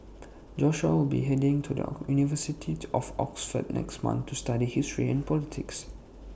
Joshua will be heading to the university of Oxford next month to study history and politics